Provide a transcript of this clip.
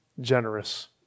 generous